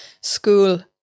school